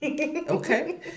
Okay